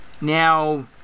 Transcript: Now